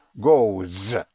goes